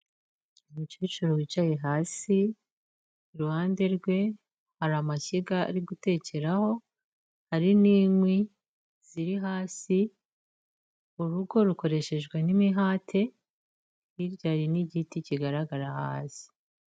Umukecuru wicaye hasi, iruhande rwe hari amashyiga ari gutekeho, hari n'inkwi ziri hasi, urugo rukoreshejwe n'imihate, hirya hari n'igiti kigaragara hasi.